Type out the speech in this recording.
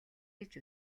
гэж